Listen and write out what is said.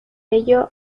ello